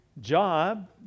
job